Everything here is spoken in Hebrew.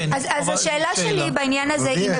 אז השאלה שלי בעניין הזה היא,